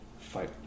Fight